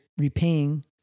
repaying